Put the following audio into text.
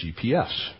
GPS